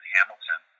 Hamilton